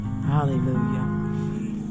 Hallelujah